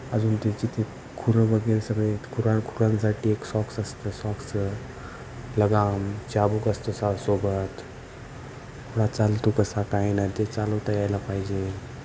अजून ते जिथे खुरं वगैरे सगळे खुरान खुरांसाठी एक सॉक्स असतं सॉक्सं लगाम चाबूक असतो साब सोबत घोडा चालतो कसा काय ना ते चालवता यायला पाहिजे